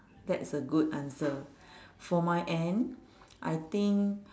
that's a good answer for my end I think